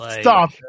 Stop